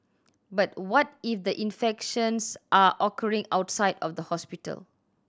but what if the infections are occurring outside of the hospital